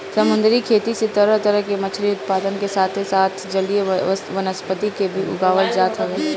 समुंदरी खेती से तरह तरह के मछरी उत्पादन के साथे साथ जलीय वनस्पति के भी उगावल जात हवे